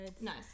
nice